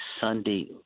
Sunday